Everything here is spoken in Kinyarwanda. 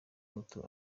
muto